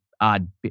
odd